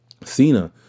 cena